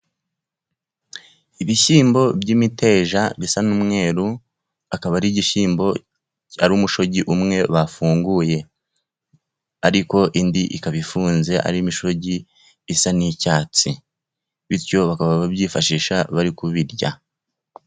Ibishyimbo by'imiteja bisa n'umweruru, akaba ari igishyimbo, ari umushogi umwe bafunguye, ariko indi ikaba ifunze ari imishogi isa n'icyatsi, bityo bakaba babyifashisha bari kubirya.